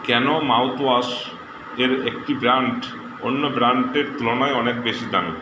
কেন মাউথওয়াশ এর একটি ব্র্যান্ড অন্য ব্র্যান্ডের তুলনায় অনেক বেশি দামি